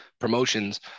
promotions